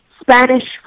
Spanish